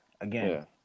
again